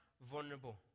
vulnerable